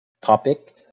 topic